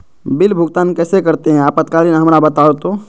Bill भुगतान कैसे करते हैं आपातकालीन हमरा बताओ तो?